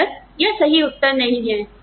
कोई गलत या सही उत्तर नहीं है